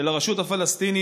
של הרשות הפלסטינית